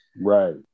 Right